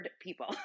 people